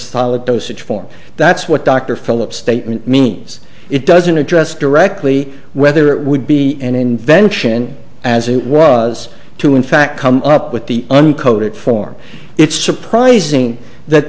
solid dosage form that's what dr philip statement means it doesn't address directly whether it would be an invention as it was to in fact come up with the uncoated form it's surprising that